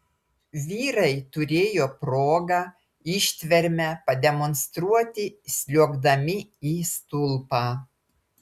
vyrai turėjo progą ištvermę pademonstruoti sliuogdami į stulpą